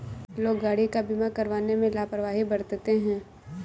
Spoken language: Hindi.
लोग गाड़ी का बीमा करवाने में लापरवाही बरतते हैं